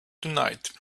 tonight